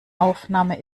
aufnahme